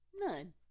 None